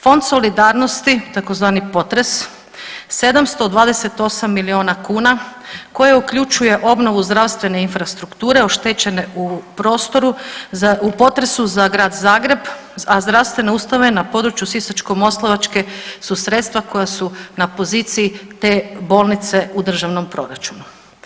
Fond solidarnosti tzv. potres 728 milijuna kuna koje uključuje obnovu zdravstvene infrastrukture oštećene u prostoru u potresu za Grad Zagreb, a zdravstvene ustanove na području Sisačko-moslavačke su sredstva koja su na poziciji te bolnice u državnom proračunu.